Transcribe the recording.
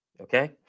okay